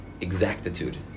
exactitude